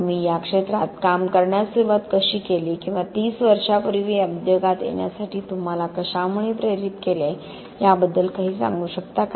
तुम्ही या क्षेत्रात काम करण्यास सुरुवात कशी केली किंवा ३० वर्षांपूर्वी या उद्योगात येण्यासाठी तुम्हाला कशामुळे प्रेरित केले याबद्दल काही सांगू शकता का